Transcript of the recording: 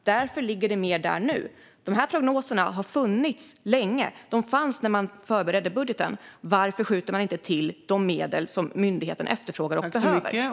Därför ligger det mer där nu. Dessa prognoser har funnits länge, och de fanns när man förberedde budgeten. Varför skjuter man inte till de medel som myndigheten efterfrågar och behöver?